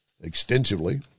extensively